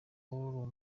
wowe